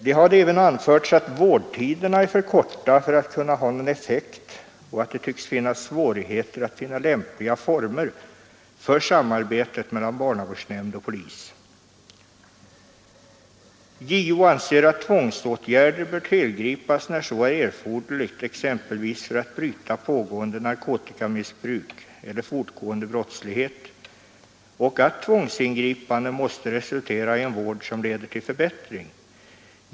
Det hade även anförts att vårdtiderna är för korta för att kunna ha någon effekt och att det tycks vara svårt att finna lämpliga former för samarbetet mellan barnavårdsnämnd och polis. JO anser att tvångsåtgärder bör tillgripas när så är erforderligt, exempelvis för att bryta pågående narkotikamissbruk eller fortgående brottslighet, och att tvångsingripanden måste resultera i en vård som leder till förbättring.